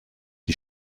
die